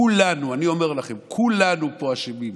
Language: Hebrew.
כולנו, אני אומר לכם, כולנו פה אשמים.